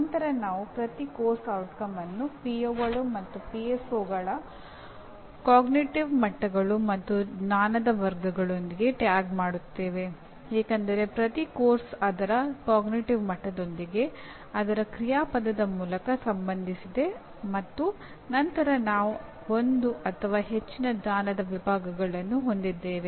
ನಂತರ ನಾವು ಪ್ರತಿ ಪಠ್ಯಕ್ರಮದ ಪರಿಣಾಮವನ್ನು ಪಿಒಗಳು ಅಥವಾ ಪಿಎಸ್ಒಗಳು ಅರಿವಿನ ಮಟ್ಟಗಳು ಮತ್ತು ಜ್ಞಾನದ ವರ್ಗಗಳೊಂದಿಗೆ ಟ್ಯಾಗ್ ಮಾಡುತ್ತೇವೆ ಏಕೆಂದರೆ ಪ್ರತಿ ಪಠ್ಯಕ್ರಮ ಅದರ ಅರಿವಿನ ಮಟ್ಟದೊಂದಿಗೆ ಅದರ ಕ್ರಿಯಾಪದದ ಮೂಲಕ ಸಂಬಂಧಿಸಿದೆ ಮತ್ತು ನಂತರ ನಾವು ಒಂದು ಅಥವಾ ಹೆಚ್ಚಿನ ಜ್ಞಾನದ ವಿಭಾಗಗಳನ್ನು ಹೊಂದಿದ್ದೇವೆ